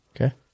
Okay